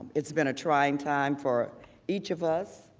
it has been a trying time for each of us.